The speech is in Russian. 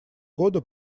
года